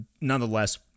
nonetheless